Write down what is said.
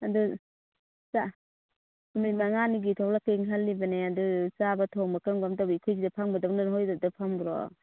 ꯑꯗꯨ ꯅꯨꯃꯤꯠ ꯃꯉꯥꯅꯤꯒꯤ ꯊꯣꯛꯂꯛꯀꯦꯅ ꯈꯜꯂꯤꯕꯅꯦ ꯑꯗꯨ ꯆꯥꯕ ꯊꯣꯡꯕ ꯀꯔꯝ ꯀꯔꯝ ꯇꯧꯒꯦ ꯑꯩꯈꯣꯏ ꯁꯤꯗ ꯐꯪꯕꯗꯧꯅ ꯅꯈꯣꯏ ꯑꯗꯨꯗ ꯐꯪꯕ꯭ꯔꯣ